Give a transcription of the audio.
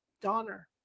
Donner